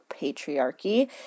patriarchy